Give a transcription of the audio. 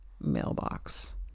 mailbox